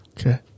Okay